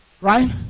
Right